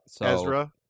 Ezra